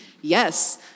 Yes